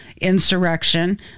insurrection